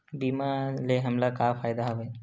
बीमा ले हमला का फ़ायदा हवय?